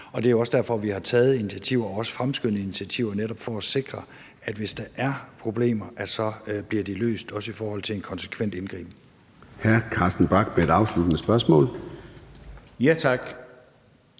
Det er også derfor, vi har taget initiativer – også fremskyndende initiativer – for at sikre, at hvis der er problemer, bliver de løst, også i forhold til en konsekvent indgriben. Kl. 13:06 Formanden (Søren Gade):